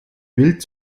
wild